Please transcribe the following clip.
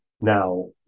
Now